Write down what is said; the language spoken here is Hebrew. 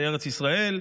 לארץ ישראל,